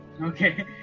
Okay